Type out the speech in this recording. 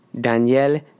Daniel